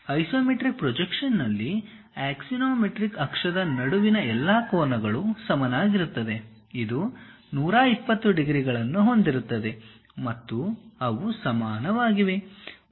isometric ಪ್ರೊಜೆಕ್ಷನ್ನಲ್ಲಿ axiomatic ಅಕ್ಷದ ನಡುವಿನ ಎಲ್ಲಾ ಕೋನಗಳು ಸಮಾನವಾಗಿರುತ್ತದೆ ಇದು 120 ಡಿಗ್ರಿಗಳನ್ನು ಹೊಂದಿರುತ್ತದೆ ಮತ್ತು ಅವು ಸಮಾನವಾಗಿವೆ